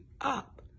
up